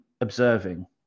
observing